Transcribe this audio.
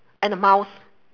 and a mouse